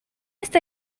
este